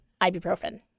ibuprofen